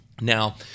Now